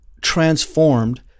transformed